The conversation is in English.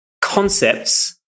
concepts